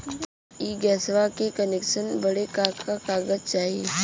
इ गइसवा के कनेक्सन बड़े का का कागज चाही?